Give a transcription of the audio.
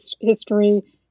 history